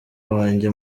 wanjye